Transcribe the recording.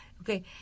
Okay